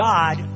God